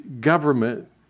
government